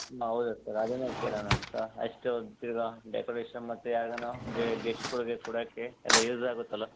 ಹೌದಾ ಸರ್ ಅದನ್ನೇ ಕೇಳೋಣ ಅಂತ ಅಷ್ಟೇ ಒಂದು ತಿರಗಾ ಡೆಕೋರೇಷನ್ ಮತ್ತೆ ಯಾರಿಗಾನ ಬೇರೆ ಗೆಸ್ಟ್ಗಳಿಗೆ ಕೊಡೋಕೆ ಎಲ್ಲ ಯೂಸ್ ಆಗುತ್ತಲ